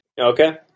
Okay